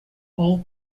all